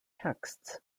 texts